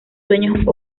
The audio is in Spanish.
sueños